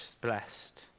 blessed